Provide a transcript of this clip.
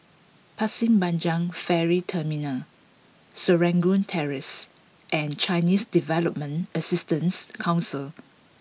Pasir Panjang Ferry Terminal Serangoon Terrace and Chinese Development Assistance Council